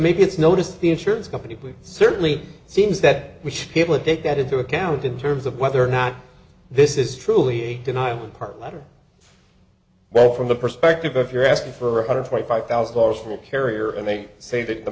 maybe it's noticed the insurance company certainly seems that we should people take that into account in terms of whether or not this is truly a denial and part letter well from the perspective if you're asking for a hundred twenty five thousand dollars for the carrier and they say that the